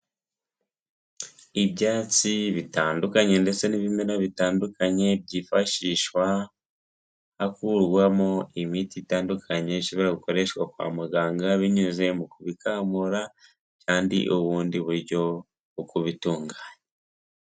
Ibyatsi bitandukanye ndetse n'ibimera bitandukanye, byifashishwa hakurwamo imiti itandukanye, ishobora gukoreshwa kwa muganga binyuze mukubikamura, cyangwa ubundi buryo bwo kubitunganya.